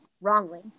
wrongly